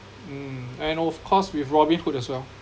mm and of course with Robinhood as well